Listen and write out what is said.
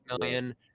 million